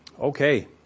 okay